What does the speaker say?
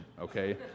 okay